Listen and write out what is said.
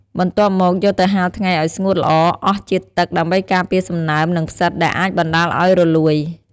បន្ទាប់មក យកទៅហាលថ្ងៃឲ្យស្ងួតល្អអស់ជាតិទឹក ដើម្បីការពារសំណើម និងផ្សិត ដែលអាចបណ្ដាលឲ្យរលួយ។